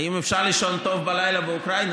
האם אפשר לישון טוב בלילה באוקראינה?